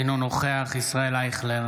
אינו נוכח ישראל אייכלר,